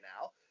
now